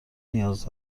نیاز